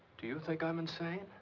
do you think i'm insane?